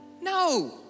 No